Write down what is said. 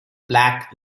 black